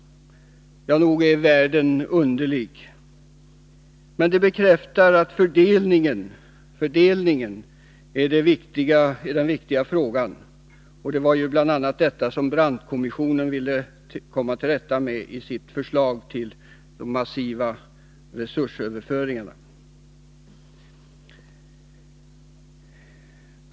Ja, nog är världen underlig! Men det bekräftar att fördelningen är den viktigaste frågan. Det var ju bl.a. detta som Brandtkommissionen ville komma till rätta med i sitt förslag till de massiva resursöverföringarna.